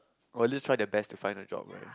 or at least try their best to find a job right